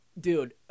Dude